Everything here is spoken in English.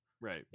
Right